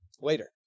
later